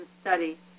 study